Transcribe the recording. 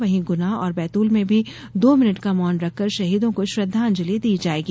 वहीं गुना और बैतूल में भी दो मिनट का मौन रखकर शहीदों को श्रद्वांजलि दी जायेगी